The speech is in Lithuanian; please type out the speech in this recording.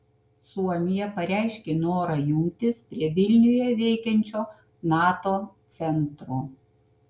suomija pareiškė norą jungtis prie vilniuje veikiančio nato centro